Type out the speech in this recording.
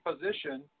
position